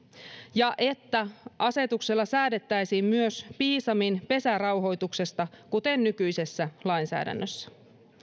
ja että asetuksella säädettäisiin myös piisamin pesärauhoituksesta kuten nykyisessä lainsäädännössä